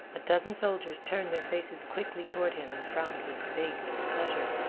a dozen soldiers turned their faces quickly toward him and frowned with vague displeasure.